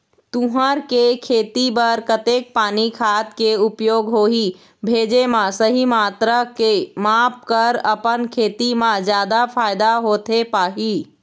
तुंहर के खेती बर कतेक पानी खाद के उपयोग होही भेजे मा सही मात्रा के माप कर अपन खेती मा जादा फायदा होथे पाही?